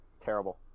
terrible